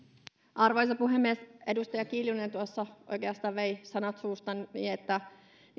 arvoisa puhemies edustaja kiljunen tuossa oikeastaan vei sanat suustani